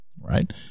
right